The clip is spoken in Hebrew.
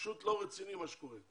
פשוט לא רציני מה שקורה.